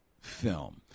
film